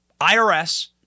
IRS